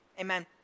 Amen